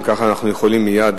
אם כך, אנחנו יכולים מייד